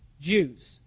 Jews